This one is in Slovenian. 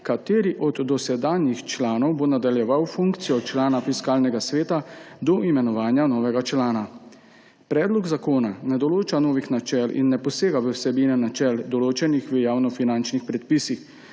kateri od dosedanjih članov bo nadaljeval funkcijo člana Fiskalnega sveta do imenovanja novega člana. Predlog zakona ne določa novih načel in ne posega v vsebine načel, določenih v javnofinančnih predpisih,